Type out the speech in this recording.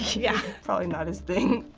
yeah. probably not his thing.